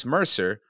Mercer